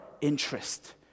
interest